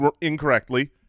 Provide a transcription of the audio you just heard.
incorrectly